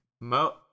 Mo